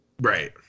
right